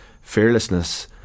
fearlessness